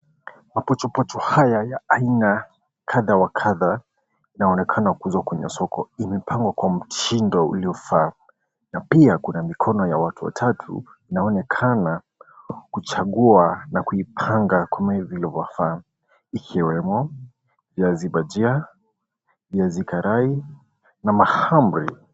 Mapochopocho haya ya aina kadha wa kadha inaonekana kuuzwa kwenye soko. Imepangwa kwa mtindo uliofaa na pia kuna mikono ya watu watatu inaonekana kuchagua na kuipanga kama hivi vilivyojaa, ikiwemo viazi bajia, viazi karai na mahamri.